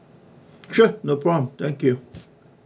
sure no problem thank you